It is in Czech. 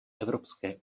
evropské